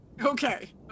Okay